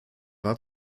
war